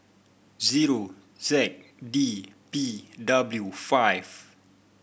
zero Z D P W five